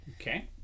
Okay